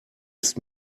ist